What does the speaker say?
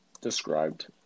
described